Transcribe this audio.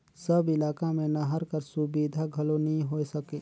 सब इलाका मे नहर कर सुबिधा घलो नी होए सके